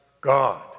God